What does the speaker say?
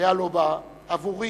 היה לובה עבורי,